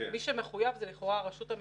מי שמחויב זה לכאורה הרשות המקומית,